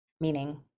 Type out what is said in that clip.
meaning